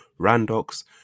Randox